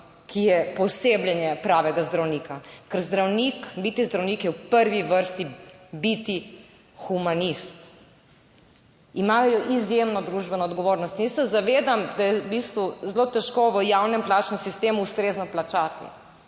ki je poosebljanje pravega zdravnika. Ker zdravnik, biti zdravnik je v prvi vrsti biti humanist. Imajo izjemno družbeno odgovornost. In jaz se zavedam, da je v bistvu zelo težko v javnem plačnem sistemu ustrezno plačati